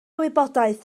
wybodaeth